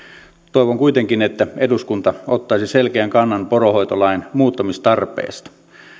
toivon kuitenkin että eduskunta ottaisi selkeän kannan poronhoitolain muuttamistarpeeseen